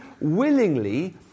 willingly